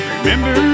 Remember